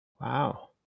Wow